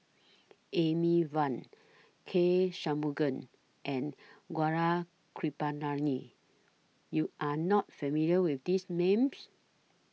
Amy Van K Shanmugam and Gaurav Kripalani YOU Are not familiar with These Names